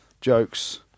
Jokes